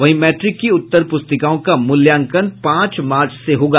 वहीं मैट्रिक की उत्तर पुस्तिकाओं का मूल्यांकन पांच मार्च से होगा